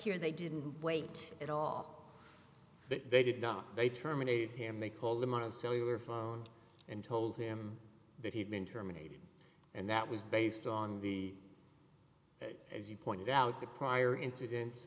here they didn't wait at all but they did not they terminate him they called him on a cellular phone and told him that he had been terminated and that was based on the as you point out the prior incidents